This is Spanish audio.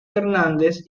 hernández